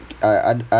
uh I uh